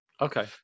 Okay